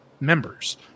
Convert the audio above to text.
members